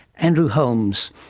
andrew holmes.